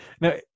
Now